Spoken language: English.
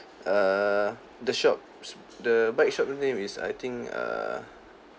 err the shop's the bike shop's name is I think err